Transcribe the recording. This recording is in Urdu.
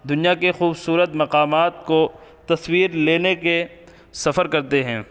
دنیا کے خوبصورت مقامات کو تصویر لینے کے سفر کرتے ہیں